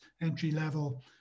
entry-level